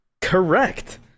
Correct